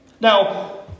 Now